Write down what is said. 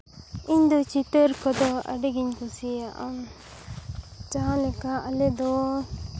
ᱤᱧᱫᱚ ᱪᱤᱛᱟᱹᱨ ᱠᱚᱫᱚ ᱟᱹᱰᱤᱜᱤᱧ ᱠᱩᱥᱤᱭᱟᱜᱼᱟ ᱡᱟᱦᱟᱸ ᱞᱮᱠᱟ ᱟᱞᱮ ᱫᱚ